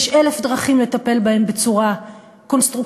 יש אלף דרכים לטפל בהם בצורה קונסטרוקטיבית,